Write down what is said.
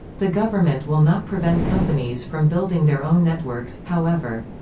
the government will not prevent companies from building their own networks, however.